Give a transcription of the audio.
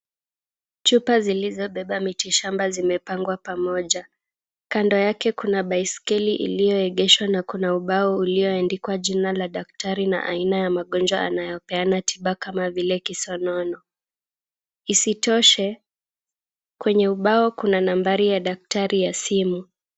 Chupa zilizobeba mitishamba zimepangwa pamoja. Kando yake kuna baiskeli iliyoegeshwa na kuna ubao ulioandikwa jina la daktari na aina ya magonjwa anayopeana tiba kama vile kisonono. Isitoshe kwenye ubao kuna nambari ya daktari ya simu.